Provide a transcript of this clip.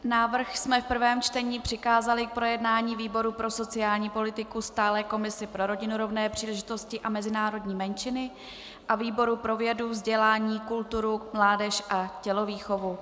Návrh jsme v prvém čtení přikázali k projednání ve výboru pro sociální politiku, Stálé komisi pro rodinu, rovné příležitosti a národnostní menšiny a výboru pro vědu, vzdělání, kulturu, mládež a tělovýchovu.